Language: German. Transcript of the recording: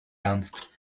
ernst